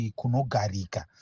kunogarika